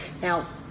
now